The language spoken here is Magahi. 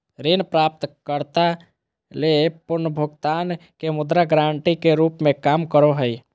ऋण प्राप्तकर्ता ले पुनर्भुगतान के मुद्रा गारंटी के रूप में काम करो हइ